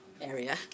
area